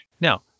Now